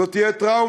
זו תהיה טראומה,